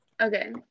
Okay